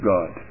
God